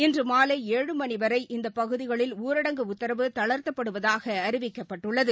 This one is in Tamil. இன்று மாலை ஏழு மணி வரை இந்த பகுதிகளில் ஊரடங்கு உத்தரவு தளா்த்தப்படுவதாக அறிவிக்கப்பட்டுள்ளது